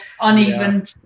uneven